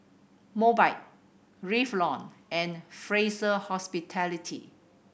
Mobike Revlon and Fraser Hospitality